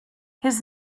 his